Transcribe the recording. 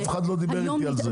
אף אחד לא דיבר איתי על זה.